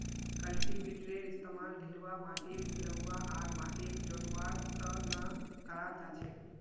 कल्टीवेटरेर इस्तमाल ढिलवा माटिक मिलव्वा आर माटिक जोतवार त न कराल जा छेक